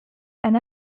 and